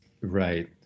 Right